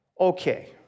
Okay